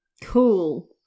Cool